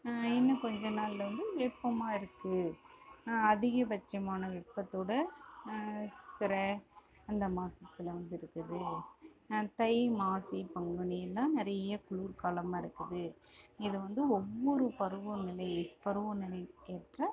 இன்னும் கொஞ்ச நாளில் வந்து வெப்பமாக இருக்குது அதிகபட்சமான வெப்பத்தோடு சித்திரை அந்த மாதத்துல வந்து இருக்குது தை மாசி பங்குனினால் நிறைய குளிர் காலமாக இருக்குது இது வந்து ஒவ்வொரு பருவநிலை பருவநிலைக்கேற்ற